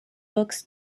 books